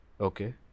Okay